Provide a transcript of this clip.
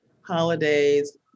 holidays